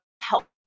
help